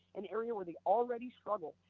an area where they already struggle,